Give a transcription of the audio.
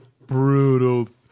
Brutal